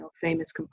famous